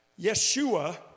Yeshua